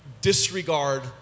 disregard